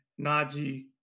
Najee